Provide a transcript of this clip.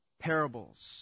parables